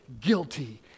guilty